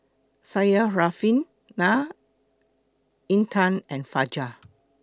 Syarafina Intan and Fajar